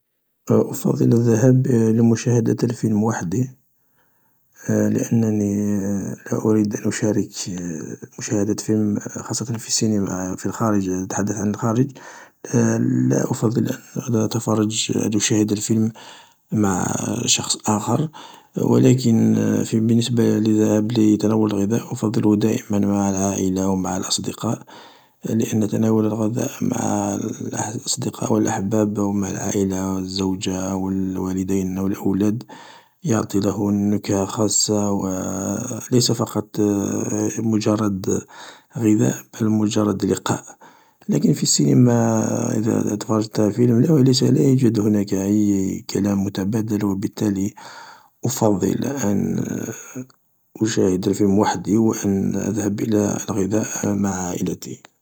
أفضل الذهاب لمشاهدة الفيلم وحدي، لأنني لا أريد أن أشارك مشاهدة فيلم خاصة في السينما، في الخارج، نتحدث عن الخارج، لا أريد أن أتفرج، أن أشاهد الفيلم مع شخص آخر و لكن بالنسبة لتناول الغذاء، أفضله ذائما مع العائلة و مع الأصدقاء، لان تناول الغذاء مع أحد الأصدقاء أو الأحباب أو العائلة أو الزوجة أو الوالدين أو الأولاد يعطي له نكهة خاصة و ليس فقط مجرد غذاء بل مجرد لقاء، لكن في السنما اذا تفرجت فيلم ليس، لا يوجد هناك أي كلام متبادل و بالتالي أفضل أن أشاهد فيلم وحدي و أذهب الى الغذاء مع عائلتي.